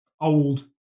old